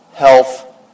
health